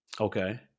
Okay